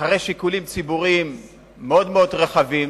אחרי שיקולים ציבוריים מאוד-מאוד רחבים,